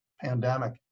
pandemic